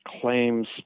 claims